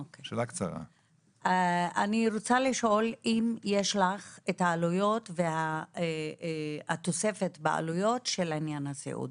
אני רוצה לשאול אם יש לך את העלויות והתוספת בעלויות של העניין הזה,